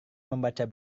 membaca